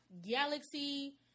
galaxy